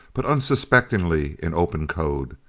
but unsuspectingly in open code.